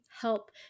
help